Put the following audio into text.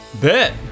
Bet